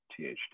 THD